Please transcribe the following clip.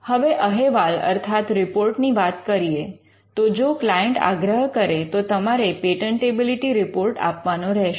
હવે અહેવાલ અર્થાત રિપોર્ટ ની વાત કરીએ તો જો ક્લાયન્ટ આગ્રહ કરે તો તમારે પેટન્ટેબિલિટી રિપોર્ટ આપવાનો રહેશે